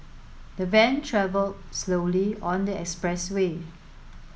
the van travelled slowly on the expressway